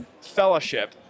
fellowship